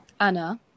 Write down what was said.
anna